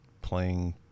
playing